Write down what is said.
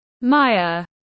Maya